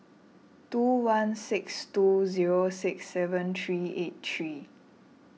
two one six two zero six seven three eight three